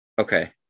Okay